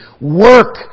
Work